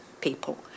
people